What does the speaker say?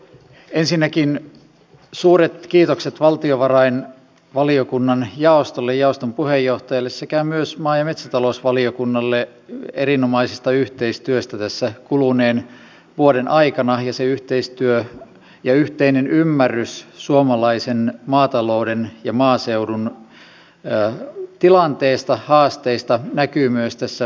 ensinnäkin suuret kiitokset valtiovarainvaliokunnan jaostolle ja jaoston puheenjohtajalle sekä myös maa ja metsätalousvaliokunnalle erinomaisesta yhteistyöstä tässä kuluneen vuoden aikana ja se yhteistyö ja yhteinen ymmärrys suomalaisen maatalouden ja maaseudun tilanteesta haasteista näkyy myös tässä valiokunnan mietinnössä